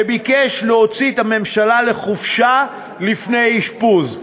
שביקש להוציא את הממשלה לחופשה לפני אשפוז.